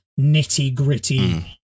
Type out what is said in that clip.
nitty-gritty